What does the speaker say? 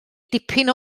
dipyn